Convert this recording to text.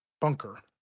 bunker